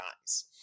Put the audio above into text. times